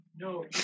No